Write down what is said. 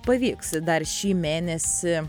pavyks dar šį mėnesį